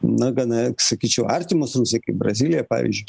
na gana sakyčiau artimos rusijai kaip brazilija pavyzdžiui